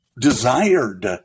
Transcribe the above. desired